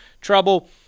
trouble